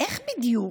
איך בדיוק?